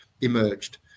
emerged